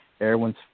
everyone's